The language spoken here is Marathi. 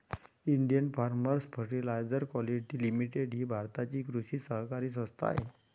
Indian Farmers Fertiliser Quality Limited ही भारताची कृषी सहकारी संस्था आहे